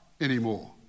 anymore